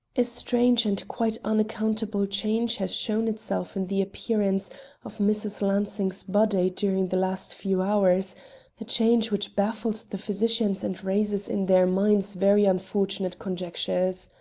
a strange and quite unaccountable change has shown itself in the appearance of mrs. lansing's body during the last few hours a change which baffles the physicians and raises in their minds very unfortunate conjectures.